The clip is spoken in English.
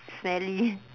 smelly